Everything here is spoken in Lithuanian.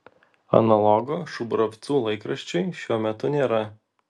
analogo šubravcų laikraščiui šiuo metu nėra